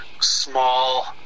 small